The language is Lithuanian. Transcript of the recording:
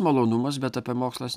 malonumas bet apie mokslas